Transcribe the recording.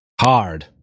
hard